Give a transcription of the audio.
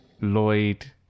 Lloyd